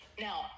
Now